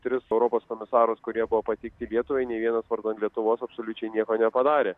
tris europos komisarus kurie buvo pateikti lietuvai nei vienas vardan lietuvos absoliučiai nieko nepadarė